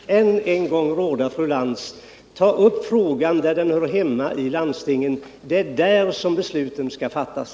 Herr talman! Jag måste än en gång råda fru Lantz att ta upp frågan där den hör hemma, dvs. i landstingen. Det är där som besluten skall fattas.